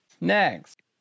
next